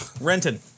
Renton